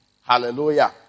Hallelujah